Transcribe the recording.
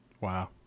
Wow